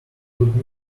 would